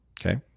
Okay